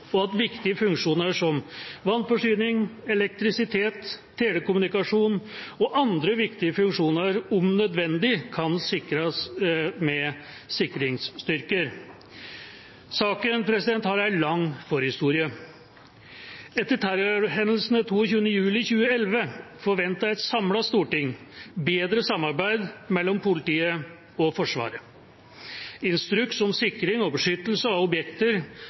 og at viktige funksjoner som vannforsyning, elektrisitet, telekommunikasjon og andre viktige funksjoner om nødvendig kan sikres med sikringsstyrker. Saken har en lang forhistorie. Etter terrorhendelsene 22. juli 2011 forventet et samlet storting bedre samarbeid mellom politiet og Forsvaret. Instruks om sikring og beskyttelse av objekter